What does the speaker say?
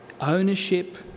ownership